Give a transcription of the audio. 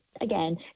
again